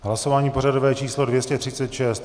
Hlasování pořadové číslo 236.